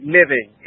living